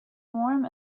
warm